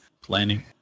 Planning